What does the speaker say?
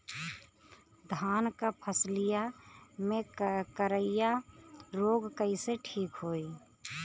धान क फसलिया मे करईया रोग कईसे ठीक होई?